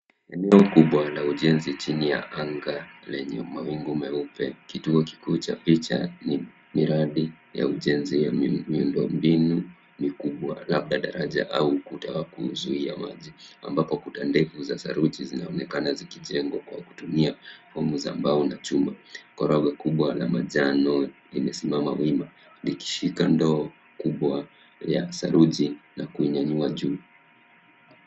Eneo kubwa la ujenzi chini ya anga lenye mawingu meupe. Kituo kikuu cha picha ni miradi ya ujenzi ya miundo mbinu mikubwa labda daraja au ukuta wa kuzuia maji ambapo kuta ndefu za saruji zinaonekana zikijengwa kwa kutumia fomu za mbao na chuma. Korogo kubwa la manjano limesimama wima likishika ndoo kubwa ya saruji na kuunyanyua juu.